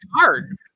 hard